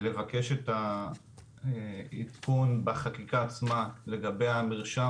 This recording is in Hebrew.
לבקש את העדכון בחקיקה עצמה לגבי המרשם